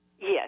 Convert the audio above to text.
Yes